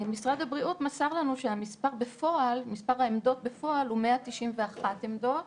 משרד הבריאות מסר לנו שמספר העמדות בפועל הוא 191 עמדות,